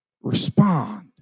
respond